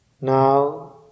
Now